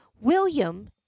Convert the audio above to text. william